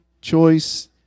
choice